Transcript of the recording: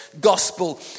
gospel